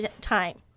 time